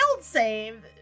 save